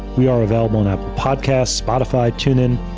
we are available on apple podcasts, spotify, tune in,